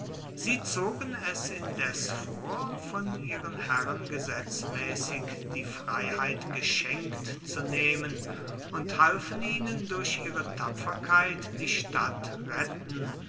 sie zogen es indes vor von ihren herren gesetzmäßig die freiheit geschenkt zu nehmen und halfen ihnen durch ihre tapferkeit die stadt retten